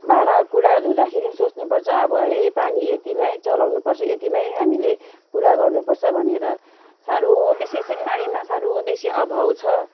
भाँडा कुडा धुँदाखेरि सोच्नु पर्छ अब ए पानी यतिमै चलाउनु पर्छ यतिमै हामीले पुरा गर्नु पर्छ भनेर साह्रो विशेष सिँहमारीमा साह्रो बेसी अभाव छ